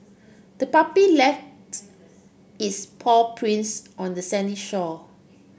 the puppy lefts its paw prints on the sandy shore